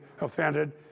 offended